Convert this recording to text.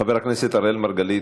חבר הכנסת אראל מרגלית.